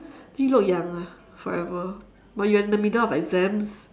then look young ah forever but you're in the middle of exams